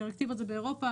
דירקטיבות זה באירופה,